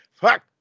Fuck